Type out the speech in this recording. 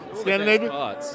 Scandinavian